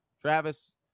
Travis